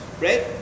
right